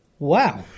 Wow